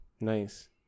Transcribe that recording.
Nice